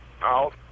out